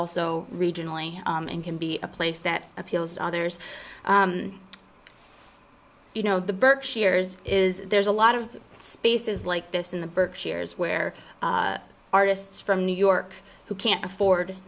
also regionally and can be a place that appeals to others you know the berkshires is there's a lot of spaces like this in the berkshires where artists from new york who can't afford